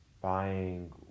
buying